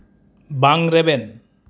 ᱵᱟᱝ ᱨᱮᱵᱮᱱ